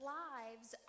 lives